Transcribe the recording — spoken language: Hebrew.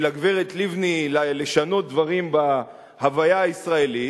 הגברת לבני לשנות דברים בהוויה הישראלית,